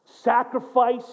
Sacrifice